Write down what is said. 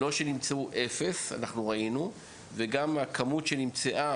זה לא שנמצאו אפס, אנחנו ראינו, וגם הכמות שנמצאה